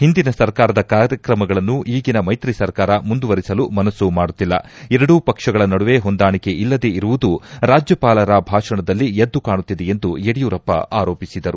ಹಿಂದಿನ ಸರ್ಕಾರದ ಕಾರ್ಯಕ್ರಮಗಳನ್ನು ಈಗಿನ ಮೈತ್ರಿ ಸರ್ಕಾರ ಮುಂದುವರೆಸಲು ಮನಸ್ನು ಮಾಡುತ್ತಿಲ್ಲ ಎರಡೂ ಪಕ್ಷಗಳ ನಡುವೆ ಹೊಂದಾಣಿಕೆ ಇಲ್ಲದೇ ಇರುವುದು ರಾಜ್ಯಪಾಲರ ಭಾಷಣದಲ್ಲಿ ಎದ್ದುಕಾಣುತ್ತಿದೆ ಎಂದು ಯಡಿಯೂರಪ್ಪ ಆರೋಪಿಸಿದರು